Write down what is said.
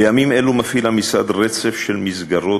בימים אלו מפעיל המשרד רצף של מסגרות